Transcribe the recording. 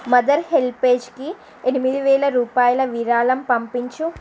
mother హెల్పేజ్కి ఎనిమిది వేల రూపాయల విరాళం పంపించు